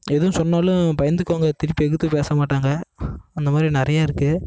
எதுவும் சொன்னாலும் பயந்துக்குவாங்க திருப்பி எதிர்த்து பேச மாட்டாங்க அந்த மாதிரி நிறைய இருக்கு